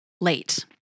Late